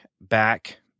back